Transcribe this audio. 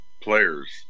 players